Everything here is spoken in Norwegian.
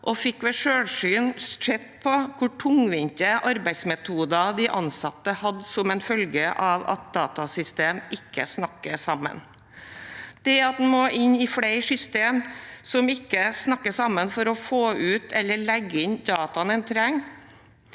og fikk ved selvsyn sett hvor tungvinte arbeidsmetoder de ansatte hadde som følge av at datasystem ikke snakker sammen. En må inn i flere system som ikke snakker sammen, for å få ut eller legge inn de dataene en trenger.